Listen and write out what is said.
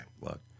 look